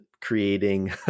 creating